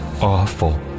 awful